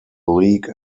league